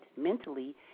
mentally